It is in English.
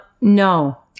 No